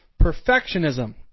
Perfectionism